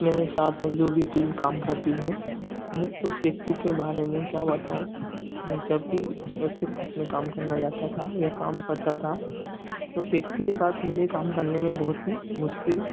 मेरे साथ में जो भी टीम का काम करती है मैं उस व्यक्ति के बारे में क्या बताऊँ मैं जब भी उसके साथ में काम करने जाता था या काम करता था तो उस व्यक्ति के साथ मुझे काम करने में बहुत ही मुश्किल